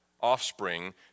offspring